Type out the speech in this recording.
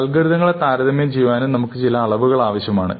അൽഗോരിത ങ്ങളെ താരതമ്യം ചെയ്യുവാനും നമുക്ക് ചില അളവുകൾ ആവശ്യമാണ്